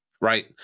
right